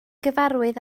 gyfarwydd